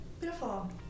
Beautiful